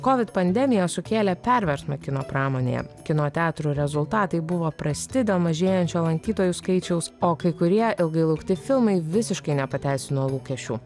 kovid pandemija sukėlė perversmą kino pramonėje kino teatrų rezultatai buvo prasti dėl mažėjančio lankytojų skaičiaus o kai kurie ilgai laukti filmai visiškai nepateisino lūkesčių